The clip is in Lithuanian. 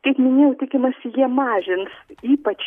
kaip minėjau tikimasi jie mažins ypač